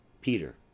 Peter